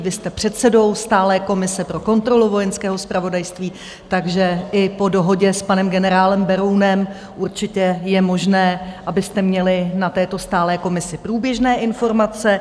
Vy jste předsedou stálé komise pro kontrolu Vojenského zpravodajství, takže i po dohodě s panem generálem Berounem určitě je možné, abyste měli na této stálé komisi průběžné informace.